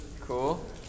Cool